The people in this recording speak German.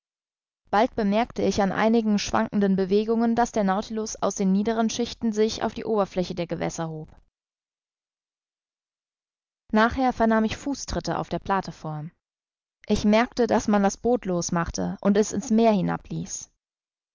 bald merkte ich an einigen schwankenden bewegungen daß der nautilus aus den niederen schichten sich auf die oberfläche der gewässer hob nachher vernahm ich fußtritte auf der plateform ich merkte daß man das boot los machte und es in's meer